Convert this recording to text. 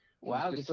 wow